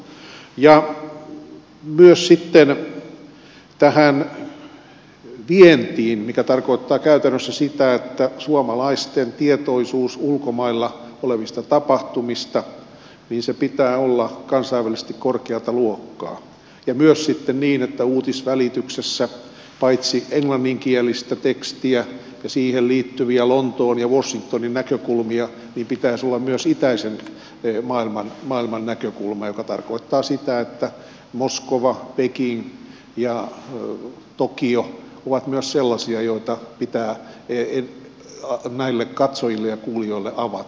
myös sitten tämä vienti tarkoittaa käytännössä sitä että suomalaisten tietoisuuden ulkomailla olevista tapahtumista pitää olla kansainvälisesti korkeata luokkaa myös sitten niin että uutisvälityksessä paitsi englanninkielistä tekstiä ja siihen liittyviä lontoon ja washingtonin näkökulmia pitäisi olla myös itäisen maailman näkökulma mikä tarkoittaa sitä että moskova peking ja tokio ovat myös sellaisia joita pitää näille katsojille ja kuulijoille avata